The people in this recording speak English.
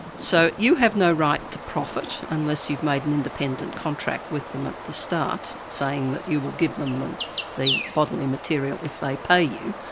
so you have no right to profit unless you've made an independent contract with them at the start, saying that you will give them them the bodily material if they pay you,